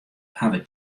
hawwe